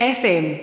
fm